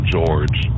George